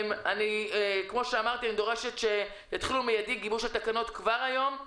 אני דורשת שיתחילו באופן מיידי, וכבר היום,